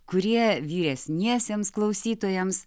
kurie vyresniesiems klausytojams